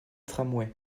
tramway